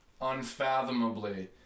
unfathomably